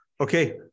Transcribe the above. Okay